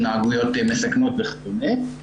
התנהגויות מסכנות וכדומה.